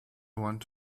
went